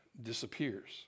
disappears